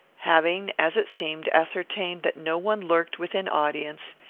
having, as it seemed, ascertained that no one lurked within audience,